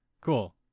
Cool